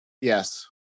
Yes